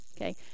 Okay